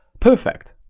perfect.